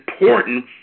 important